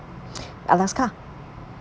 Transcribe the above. alaska